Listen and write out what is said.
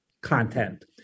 content